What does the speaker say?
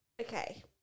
Okay